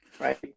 right